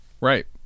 right